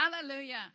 Hallelujah